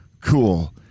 cool